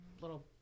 little